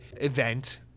event